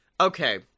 Okay